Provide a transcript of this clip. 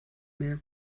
mehr